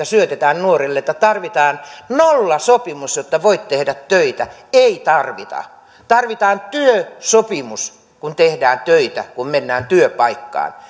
syötetään nuorille että tarvitaan nollasopimus jotta voit tehdä töitä ei tarvita tarvitaan työsopimus kun tehdään töitä kun mennään työpaikkaan